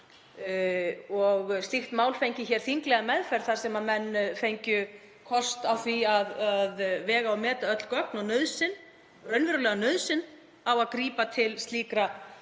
Slíkt mál fengi þinglega meðferð þar sem menn fengju kost á því að vega og meta öll gögn og raunverulega nauðsyn á að grípa til slíkrar